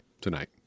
tonight